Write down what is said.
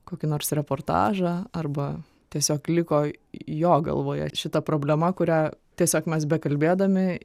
kokį nors reportažą arba tiesiog liko jo galvoje šita problema kurią tiesiog mes bekalbėdami